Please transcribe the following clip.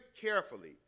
carefully